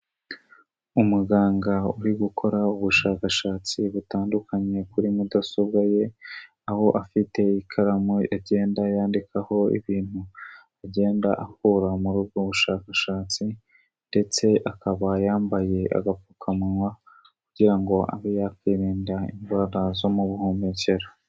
Umuganga uri gukora ubushakashatsi butandukanye kuri mudasobwa ye, aho afite ikaramu agenda yandikaho ibintu agenda akura muri ubwo bushakashatsi ndetse akaba yambaye agapfukamunwa kugira ngo abe yakwirinda indwara zo mu buhumekero.